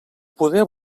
poder